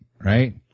right